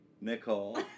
Nicole